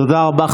תודה רבה.